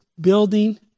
building